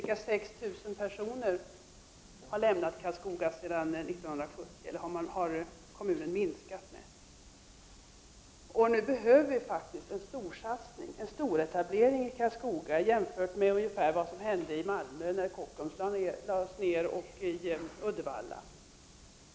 Kommunen har sedan 1970 minskat med ca 6 000 invånare. Nu behöver Karlskoga faktiskt en storsatsning, en storetablering, något som kan jämföras med vad som skedde i Malmö när Kockums lade ner och vad som har hänt i Uddevalla.